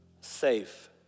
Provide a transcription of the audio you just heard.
Safe